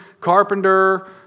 carpenter